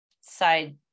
side